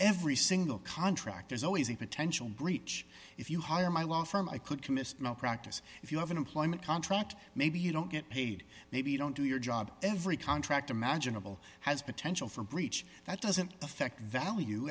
every single contract there's always a potential breach if you hire my law firm i could commit practice if you have an employment contract maybe you don't get paid maybe you don't do your job every contract imaginable has potential for breach that doesn't affect value